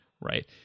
right